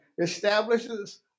establishes